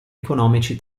economici